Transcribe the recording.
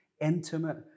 intimate